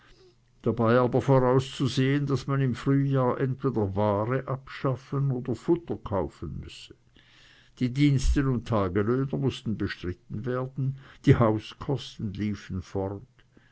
dabei aber vorauszusehen daß man im frühjahr entweder ware abschaffen oder futter kaufen müsse die diensten und taglöhne mußten bestritten werden die hauskosten liefen fort